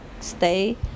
stay